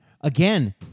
Again